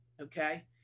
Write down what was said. okay